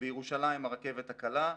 בירושלים הרכבת הקלה,